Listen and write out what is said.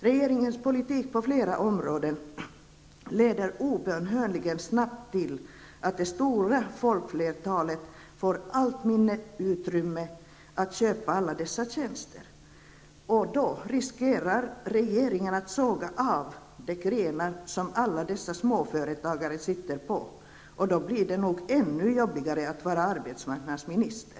Regeringens politik på flera områden leder obönhörligen snabbt till att det stora folkflertalet får allt mindre utrymme att köpa alla dessa tjänster. Då riskerar regeringen att såga av de grenar som alla dessa småföretagare sitter på. Då blir det nog ännu jobbigare att vara arbetsmarknadsminister.